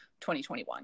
2021